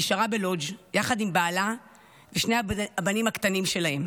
נשארה בלודג' יחד עם בעלה ושני הבנים הקטנים שלהם.